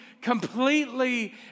completely